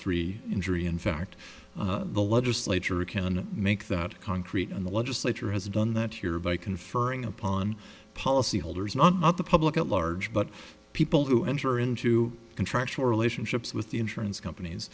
three injury in fact the legislature can make that concrete and the legislature has done that here by conferring upon policyholders not up the public at large but people who enter into contractual relationships with the insurance companies